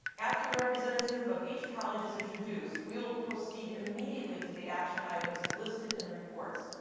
after the representative of each college is introduced, we will proceed immediately to the action items listed in the reports.